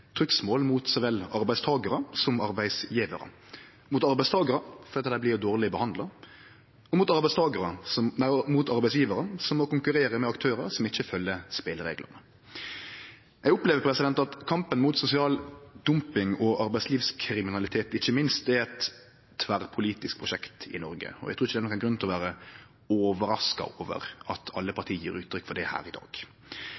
trugsmål mot så vel arbeidstakarar som arbeidsgjevarar – mot arbeidstakarar fordi dei blir dårleg behandla, og mot arbeidsgjevarar, som må konkurrere med aktørar som ikkje følgjer spelereglane. Eg opplever at kampen mot sosial dumping, og arbeidslivskriminalitet ikkje minst, er eit tverrpolitisk prosjekt i Noreg. Eg trur ikkje det er nokon grunn til å vere overraska over at alle